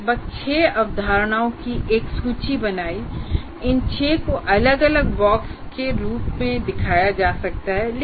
हमने लगभग 6 अवधारणाओं की एक सूची बनाई इन 6 को 6 अलग अलग बॉक्स के रूप में दिखाया जा सकता है